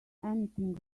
anything